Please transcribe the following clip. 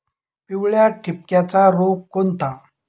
पिवळ्या ठिपक्याचा रोग कोणता?